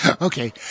Okay